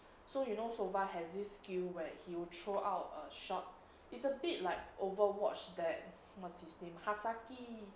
so you know sova has this skill where he'll throw out a shot it's a bit like overwatch that what's his name hasaki